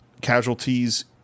casualties